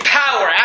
power